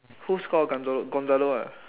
who score gonzo~ Gonzalo ah